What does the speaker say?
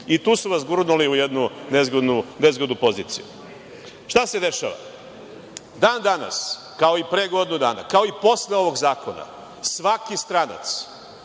Tu su vas gurnuli u jednu nezgodnu poziciju. Šta se dešava? Dan danas, kao i pre godinu dana, kao i posle ovog zakona, svaki stranac